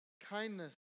kindness